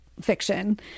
fiction